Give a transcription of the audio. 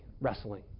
wrestling